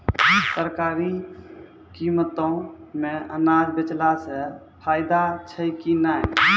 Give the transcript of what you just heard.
सरकारी कीमतों मे अनाज बेचला से फायदा छै कि नैय?